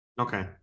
Okay